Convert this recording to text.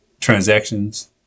transactions